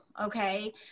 Okay